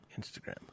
Instagram